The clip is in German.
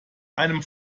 einem